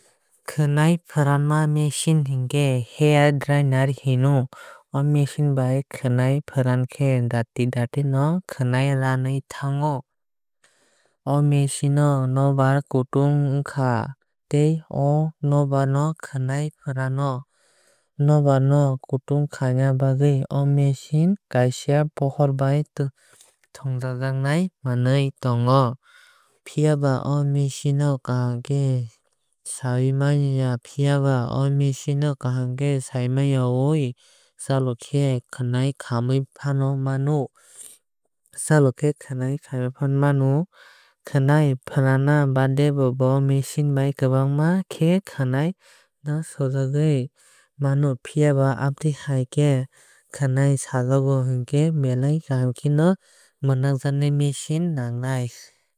Khwnai fwranma ma machine hinkhe hair dryer hino. O machine bai khwnai fwrankhe dati dati no khwnai raui thango. O machine o nokbar kutung ongkha tei abo nokbar no khwnai fwrano. Nokkar no kutung khaina bagwui o machine kaaisa pohor bai tungjagnai manwui tongo. Phiaba o machine o kaham khe saimanyaui chalokhe khwnai khamui fano mano. Khwnai fwranma baade bo o machine bai kwbangma khe kwnai no sajokgwui mano. Phiaba amotui hai khe khwnai sajogna hinkhe belai kaham tei mwnajak machine nangnai.